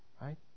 right